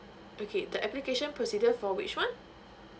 okay the application procedure for which one